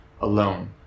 alone